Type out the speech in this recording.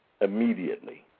immediately